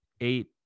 eight